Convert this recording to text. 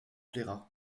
plaira